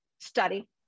study